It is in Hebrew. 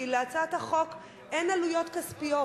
כי להצעת החוק אין עלויות כספיות.